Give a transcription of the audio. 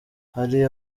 hari